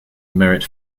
merit